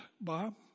Bob